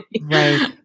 Right